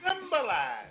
symbolize